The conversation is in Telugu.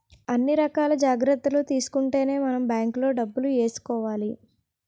అన్ని రకాల జాగ్రత్తలు తీసుకుంటేనే మనం బాంకులో డబ్బులు ఏసుకోవాలి